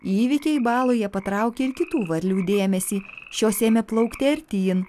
įvykiai baloje patraukė ir kitų varlių dėmesį šios ėmė plaukti artyn